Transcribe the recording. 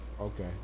Okay